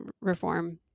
reform